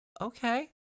Okay